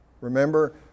remember